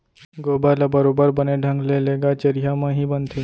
गोबर ल बरोबर बने ढंग ले लेगत चरिहा म ही बनथे